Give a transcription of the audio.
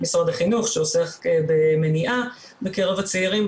משרד החינוך שעוסק במניעה בקרב הצעירים,